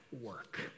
work